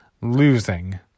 losing